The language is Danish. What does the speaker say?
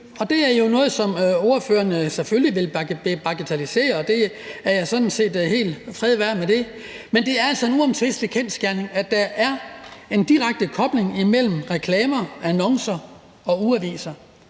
det er jo noget, som ordføreren selvfølgelig vil bagatellisere, og fred være med det, men det er altså en uomtvistelig kendsgerning, at der er en direkte kobling mellem reklamer, annoncer og ugeaviser.